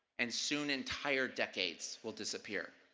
and soon entire decades will disappear.